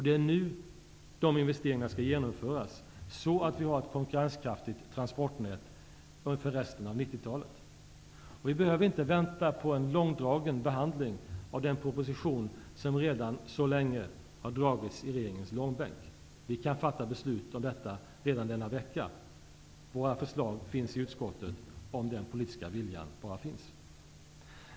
Det är nu dessa investeringar skall genomföras, så att vi har ett konkurrenskraftigt transportnät för resten av 1990-talet. Vi behöver inte vänta på en långdragen behandling av den proposition som redan har dragits i regeringens långbänk. Vi kan fatta beslut om detta redan denna vecka. Våra förslag finns i utskottet, om bara den politiska viljan finns.